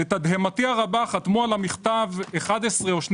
לתדהמתי הרבה חתמו על המכתב 11 או 12